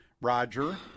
Roger